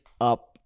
up